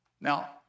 Now